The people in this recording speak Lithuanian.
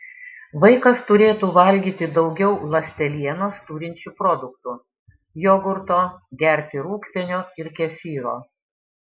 vaikas turėtų valgyti daugiau ląstelienos turinčių produktų jogurto gerti rūgpienio ir kefyro